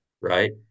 Right